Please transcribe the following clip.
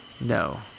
No